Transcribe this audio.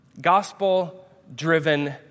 Gospel-driven